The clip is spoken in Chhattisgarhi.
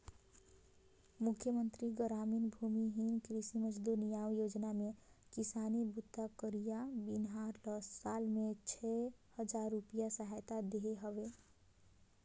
मुख्यमंतरी गरामीन भूमिहीन कृषि मजदूर नियाव योजना में किसानी बूता करइया बनिहार ल साल में छै हजार रूपिया सहायता देहे हवे